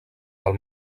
del